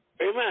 Amen